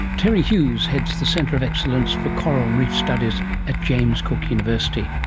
terry hughes heads the centre of excellence for coral reef studies at james cook university.